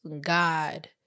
God